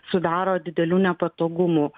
sudaro didelių nepatogumų